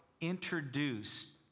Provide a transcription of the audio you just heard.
introduce